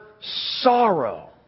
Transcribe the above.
sorrow